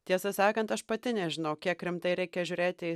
tiesą sakant aš pati nežinau kiek rimtai reikia žiūrėti į